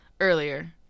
earlier